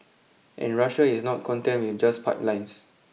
and Russia is not content with just pipelines